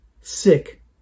Sick